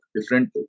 different